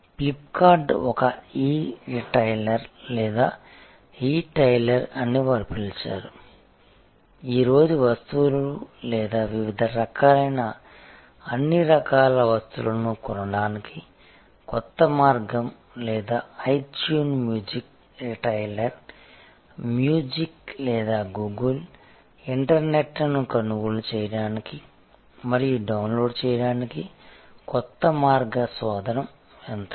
flip cart ఒక e retailer లేదా e tailer అని వారు పిలిచారు ఈరోజు వస్తువులు లేదా వివిధ రకాలైన అన్ని రకాల వస్తువులను కొనడానికి కొత్త మార్గం లేదా iTunes music retailer music లేదా గూగుల్ ఇంటర్నెట్ను కొనుగోలు చేయడానికి మరియు డౌన్లోడ్ చేయడానికి కొత్త మార్గం శోధన యంత్రము